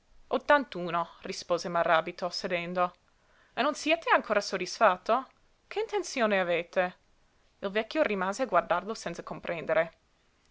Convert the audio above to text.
ottantuno rispose maràbito sedendo e non siete ancora soddisfatto che intenzione avete il vecchio rimase a guardarlo senza comprendere